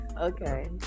okay